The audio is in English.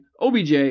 OBJ